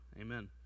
Amen